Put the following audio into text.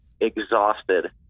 exhausted